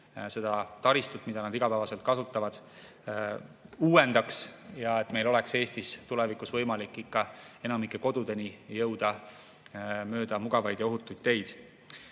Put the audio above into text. seda taristut, mida nad igapäevaselt kasutavad, uuendaks ja et Eestis oleks tulevikus võimalik ikka enamiku kodudeni jõuda mööda mugavaid ja ohutuid